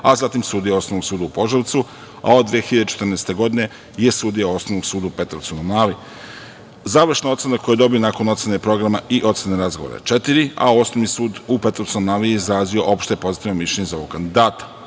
a zatim sudija Osnovnog suda u Požarevcu, a od 2014. godine je sudija Osnovnog suda u Petrovcu na Mlavi. Završna ocena koju je dobio nakon ocene programa i ocene razgovora je „četiri“, a Osnovni sud u Petrovcu na Mlavi je izrazio opšte pozitivno mišljenje za ovog kandidata.